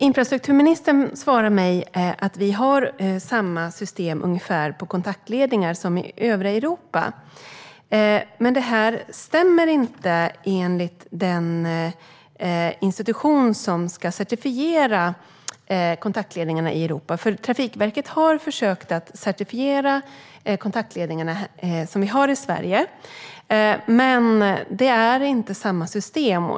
Infrastrukturministern svarar mig att vi har kontaktledningar som liknar dem i övriga Europa. Men enligt den institution som ska certifiera kontaktledningarna i Europa stämmer inte detta. Trafikverket har försökt att certifiera de kontaktledningar vi har i Sverige, men det är inte samma system.